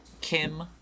Kim